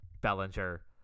Bellinger